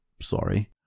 Sorry